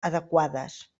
adequades